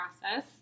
process